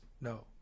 No